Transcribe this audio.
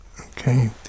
Okay